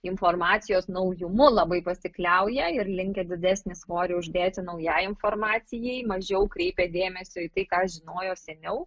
informacijos naujumu labai pasikliauja ir linkę didesnį svorį uždėti naujaj farmacijai mažiau kreipė dėmesio į tai ką žinojo seniau